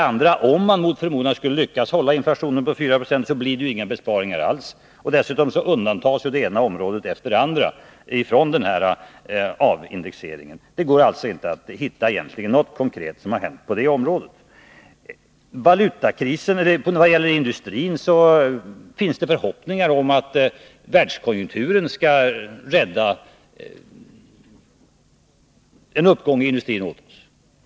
Om man för det andra mot förmodan skulle lyckas hålla inflationen nere på 4 90, blir det inga besparingar alls. Dessutom undantas det ena området efter det andra från avindexeringen. Det går alltså egentligen inte att hitta något konkret positivt resultat på det området. Vad gäller industrin finns det förhoppningar om att världskonjunkturen skall rädda en uppgång i denna åt oss.